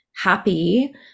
happy